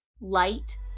light